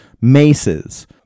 maces